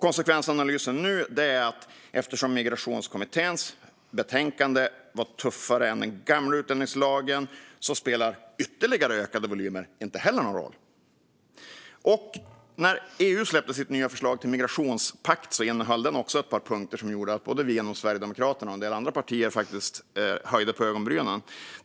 Konsekvensanalysen nu är: Eftersom Migrationskommitténs betänkande är tuffare än den gamla utlänningslagen spelar ytterligare ökade volymer inte heller någon roll. EU släppte sitt nya förslag till migrationspakt. Det innehöll också ett par punkter som gjorde att både vi inom Sverigedemokraterna och en del andra partier höjde på ögonbrynen.